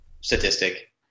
statistic